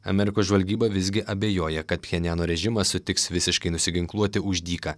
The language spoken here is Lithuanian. amerikos žvalgyba visgi abejoja kad pjenjano režimas sutiks visiškai nusiginkluoti už dyką